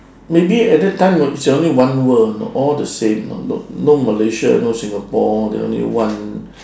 maybe at that time is only one world you know all the same no no malaysia no singapore they only one